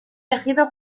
elegido